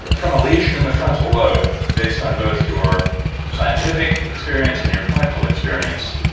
from a lesion in the frontal lobe, based on both your scientific experience and your clinical experience,